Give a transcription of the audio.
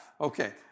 okay